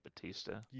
Batista